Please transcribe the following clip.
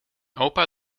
opa